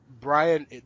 Brian